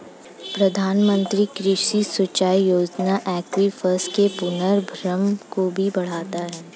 प्रधानमंत्री कृषि सिंचाई योजना एक्वीफर्स के पुनर्भरण को भी बढ़ाता है